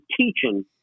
teaching